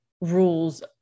rules